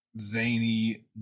zany